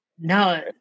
No